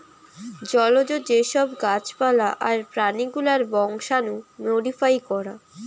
জলজ যে সব গাছ পালা আর প্রাণী গুলার বংশাণু মোডিফাই করা